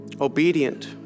Obedient